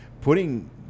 putting